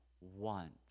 want